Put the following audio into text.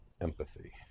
empathy